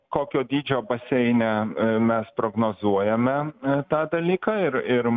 kokio dydžio baseine mes prognozuojame tą dalyką ir ir